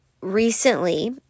recently